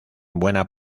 buena